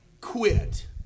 quit